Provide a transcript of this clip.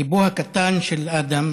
ליבו הקטן של אדם,